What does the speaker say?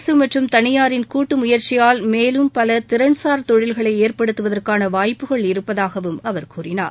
அரசு மற்றும் தனியாரின் கூட்டு முயற்சியால் மேலும் பல திறன்சார் தொழில்களை ஏற்படுத்துவதற்கான வாய்ப்புகள் இருப்பதாகவும் அவர் கூறினார்